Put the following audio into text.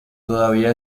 todavía